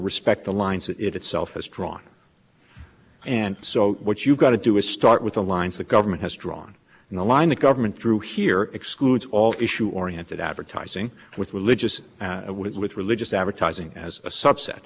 respect the lines that it itself has drawn and so what you've got to do is start with the lines the government has drawn the line the government through here excludes all issue oriented advertising with religious with with religious advertising as a subset